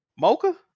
mocha